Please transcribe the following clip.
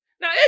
Now